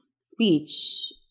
speech